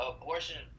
abortion